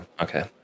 okay